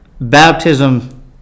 baptism